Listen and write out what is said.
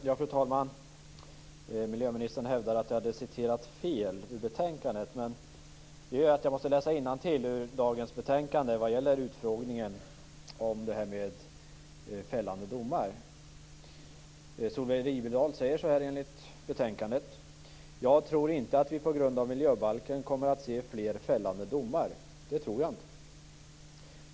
Fru talman! Miljöministern hävdar att jag hade citerat fel ur betänkandet. Det gör att jag måste läsa innantill ur dagens betänkande vad gäller utfrågningen om fällande domar. Solveig Riberdahl säger så här enligt betänkandet: "Jag tror inte att vi på grund av miljöbalken kommer att se fler fällande domar. Det tror jag inte."